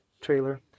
trailer